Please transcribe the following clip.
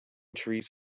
trees